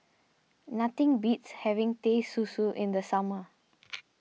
nothing beats having Teh Susu in the summer